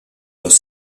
los